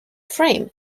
frame